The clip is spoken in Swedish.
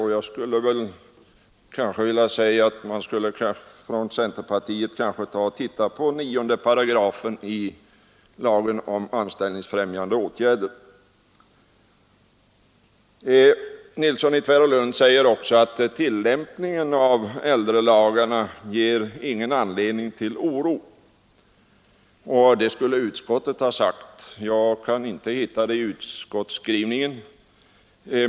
Man skulle kanske inom centerpartiet se litet på 9 § i denna lag. Herr Nilsson i Tvärålund säger också att utskottet uttalat att tillämpningen av äldrelagarna inte ger någon anledning till oro. Jag kan inte hitta något sådant uttalande i utskottets skrivning.